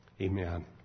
Amen